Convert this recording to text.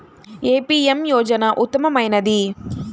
ఏ PM Yojana ఉత్తమమైనది?